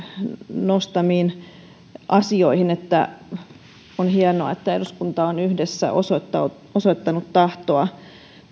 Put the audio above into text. nostamiin asioihin on hienoa että eduskunta on yhdessä osoittanut tahtoa